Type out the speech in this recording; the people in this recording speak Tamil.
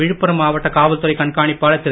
விழுப்புர மாவட்ட காவல்துறை கண்காணிப்பாளர் திரு